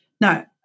Now